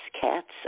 cats